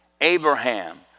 Abraham